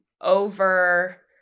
over